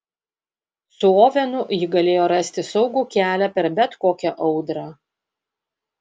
su ovenu ji galėjo rasti saugų kelią per bet kokią audrą